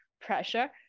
pressure